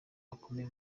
bakomeye